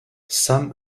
sam